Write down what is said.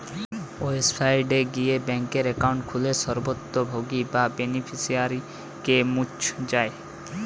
website গিয়ে bank account খুললে স্বত্বভোগী বা বেনিফিশিয়ারিকে মুছ যায়